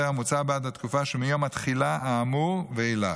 המוצע בעד התקופה שמיום התחילה האמור ואילך.